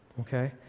okay